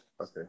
Okay